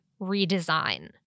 redesign